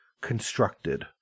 constructed